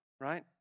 right